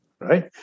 right